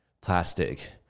plastic